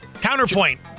Counterpoint